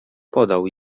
podał